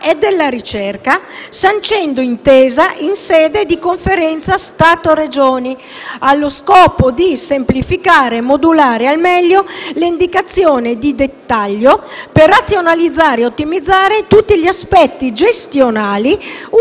della ricerca, sancendo intesa in sede di Conferenza Stato-Regioni, allo scopo di semplificare e modulare al meglio le indicazioni di dettaglio per razionalizzare e ottimizzare tutti gli aspetti gestionali